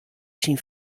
syn